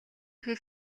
хэл